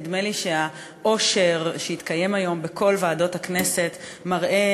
נדמה לי שהעושר שהתקיים היום בכל ועדות הכנסת מראה